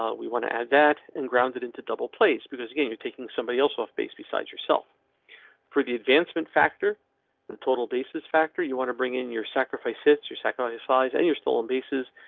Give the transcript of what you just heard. ah we want to add that in grounded into double place because again, you're taking somebody else off base beside yourself for the advancement factor and total bases factor you want to bring in your sacrifice hits. your sacrifice flies in and your stolen bases.